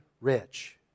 rich